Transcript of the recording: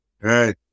Right